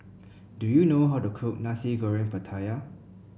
do you know how to cook Nasi Goreng Pattaya